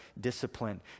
discipline